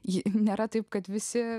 ji nėra taip kad visi